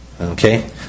Okay